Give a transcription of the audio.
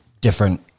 different